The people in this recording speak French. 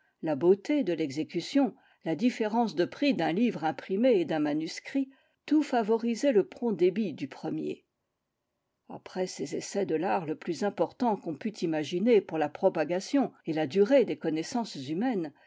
la beauté de l'exécution la différence de prix d'un livre imprimé et d'un manuscrit tout favorisait le prompt débit du premier après ces essais de l'art le plus important qu'on pût imaginer pour la propagation et la durée des connaissances humaines